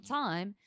time